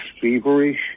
feverish